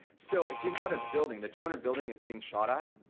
so if you've got a building, the two hundred building is being shot at,